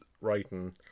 writing